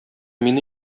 мине